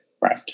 right